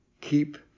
keep